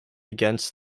against